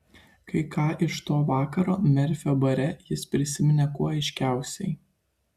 kai ką iš to vakaro merfio bare jis prisiminė kuo aiškiausiai